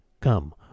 Come